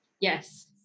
Yes